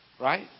right